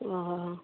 ओ